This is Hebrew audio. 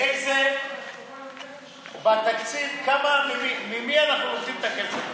ואיזה, בתקציב, ממי אנחנו לוקחים את הכסף?